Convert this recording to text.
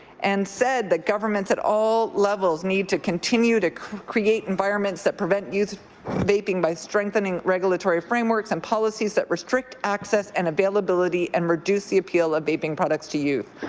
and said that governments at all levels need to continue to create environments that prevent youth vaping by strengthening regulatory frameworks and policies that restrict access and availability and reduce the appeal of vaping products to youth.